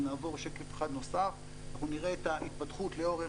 אם נעבור שקף אחד נוסף אנחנו נראה את ההתפתחות לאורך